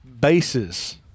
bases